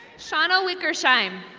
shana wickershime.